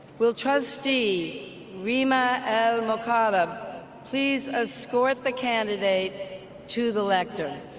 will trustee rima al mokarrab please escort the candidate to the lectern?